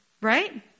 Right